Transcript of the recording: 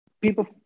people